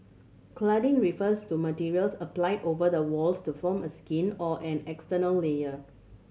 cladding refers to materials applied over the walls to form a skin or an external layer